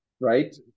right